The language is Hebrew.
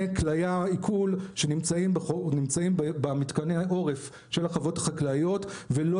כליאה שנמצאים במתקני העורף של החוות החקלאיות,